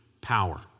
power